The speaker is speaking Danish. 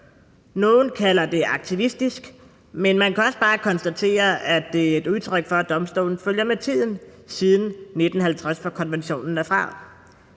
Nogle kalder det aktivistisk, men man kan også bare konstatere, at det er et udtryk for, at domstolen følger med tiden siden 1950, hvor konventionen er fra.